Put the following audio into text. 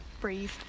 breathe